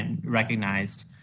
recognized